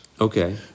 Okay